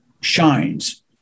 shines